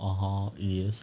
oh oh yes